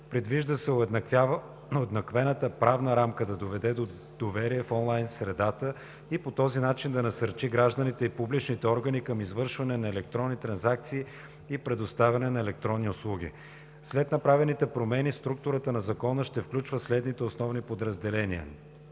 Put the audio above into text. Предвижда се уеднаквената правна рамка да доведе до доверие в онлайн средата и по този начин да насърчи гражданите и публичните органи към извършване на електронни трансакции и предоставяне на електронни услуги. След направените промени структурата на Закона ще включва следните основни подразделения: